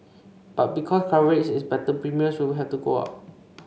but because coverage is better premiums will have to go up